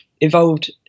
evolved